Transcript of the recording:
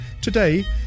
Today